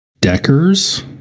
Deckers